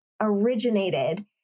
originated